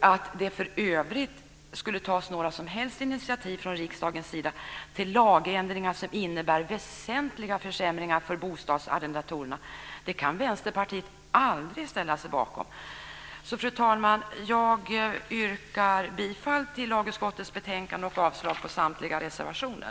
Att det för övrigt skulle tas några som helst initiativ från riksdagens sida till lagändringar som innebär väsentliga försämringar för bostadsarrendatorerna kan Vänsterpartiet aldrig ställa sig bakom. Fru talman! Jag yrkar bifall till förslaget i lagutskottets betänkande och avslag på samtliga reservationer.